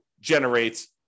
generate